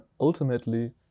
ultimately